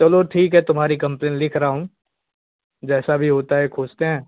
चलो ठीक है तुम्हारी कंप्लेन लिख रहा हूँ जैसे भी होता है खोजते हैं